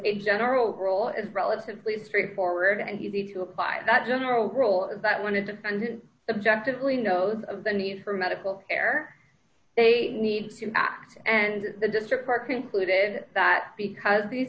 a general rule is relatively straightforward and easy to apply that general rule is that when a defendant subjectively knows of the need for medical care they need to act and the districts are concluded that because these